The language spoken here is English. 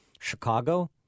Chicago